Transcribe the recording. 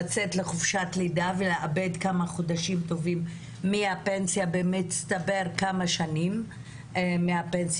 לצאת לחופשת לידה ולאבד כמה חודשים מהפנסיה ובמצטבר כמה שנים וכו'.